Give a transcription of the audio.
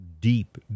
deep